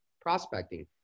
prospecting